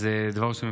אז דבר ראשון,